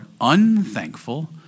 unthankful